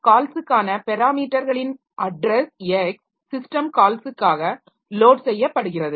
கால்ஸ்க்கான பெராமீட்டர்களின் address X system கால்ஸ்க்காக load செய்யப்படுகிறது